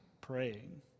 praying